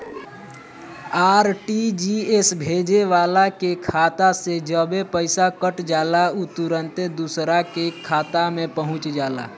RTGS भेजे वाला के खाता से जबे पईसा कट जाला उ तुरंते दुसरा का खाता में पहुंच जाला